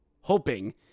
hoping